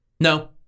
No